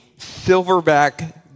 silverback